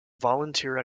volunteer